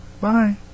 Bye